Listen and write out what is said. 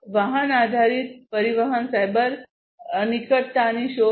વાહન આધારિત પરિવહન સાયબર ફિઝિકલ સિસ્ટમ્સ જ્યાં સલામતી માટે નિકટતાની શોધ